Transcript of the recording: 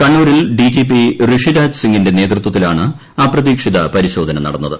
കണ്ണൂരിൽ D G P Rishiraj സിംഗിന്റെ നേതൃത്വത്തിലാണ് അപ്രതീ ക്ഷിത പരിശോധന നടന്നത്